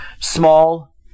Small